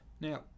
Now